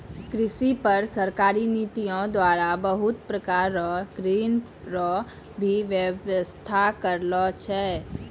कृषि पर सरकारी नीतियो द्वारा बहुत प्रकार रो ऋण रो भी वेवस्था करलो छै